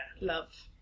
love